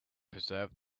preserve